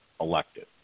elected